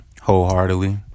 wholeheartedly